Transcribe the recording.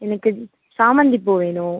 எனக்கு சாமந்திப்பூ வேணும்